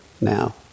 now